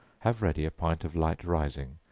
have ready a pint of light rising,